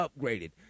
upgraded